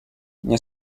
nie